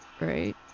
right